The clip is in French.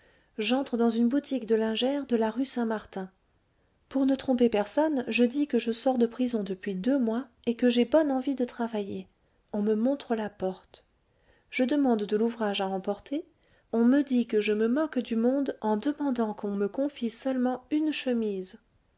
j'entre dans une boutique de lingère de la rue saint-martin pour ne tromper personne je dis que je sors de prison depuis deux mois et que j'ai bonne envie de travailler on me montre la porte je demande de l'ouvrage à emporter on me dit que je me moque du monde en demandant qu'on me confie seulement une chemise